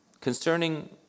concerning